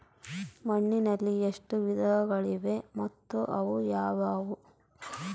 ಮಣ್ಣಿನಲ್ಲಿ ಎಷ್ಟು ವಿಧಗಳಿವೆ ಮತ್ತು ಅವು ಯಾವುವು?